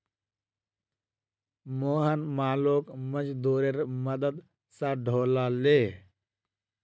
मोहन मालोक मजदूरेर मदद स ढूला ले